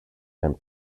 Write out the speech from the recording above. and